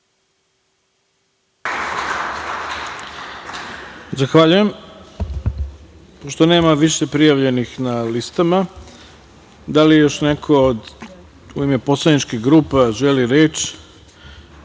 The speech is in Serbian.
Zahvaljujem. Pošto nema više prijavljenih na listama da li još neko u ime poslaničkih grupa želi